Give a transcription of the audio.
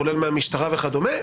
כולל מהמשטרה וכדומה.